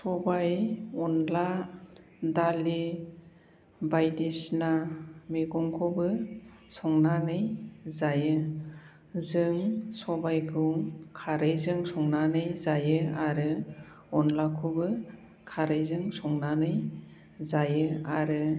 सबाय अनद्ला दालि बायदिसिना मैगंखौबो संनानै जायो जों सबायखौ खारैजों संनानै जायो आरो अनद्लाखौबो खारैजों संनानै जायो आरो